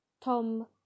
Tom